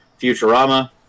Futurama